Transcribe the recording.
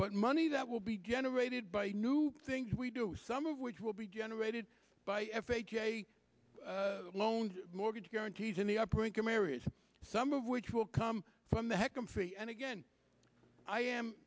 but money that will be generated by new things we do some of which will be generated by f h a loans mortgage guarantees in the upper income areas some of which will come from the heck i'm free and again i am